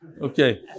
Okay